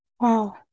wow